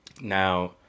Now